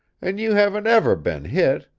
and you haven't ever been hit.